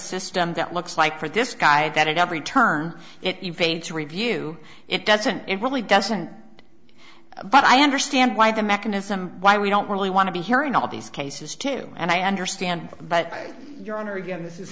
system that looks like for this guy that at every turn it you paid to review it doesn't it really doesn't but i understand why the mechanism why we don't really want to be here in all these cases too and i understand but your honor again this is